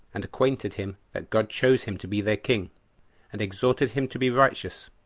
and acquainted him that god chose him to be their king and exhorted him to be righteous,